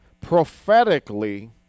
prophetically